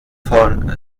von